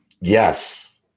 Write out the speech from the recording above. Yes